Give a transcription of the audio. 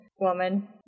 woman